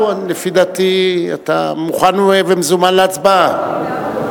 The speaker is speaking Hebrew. לפי דעתי אתה מוכן ומזומן להצבעה.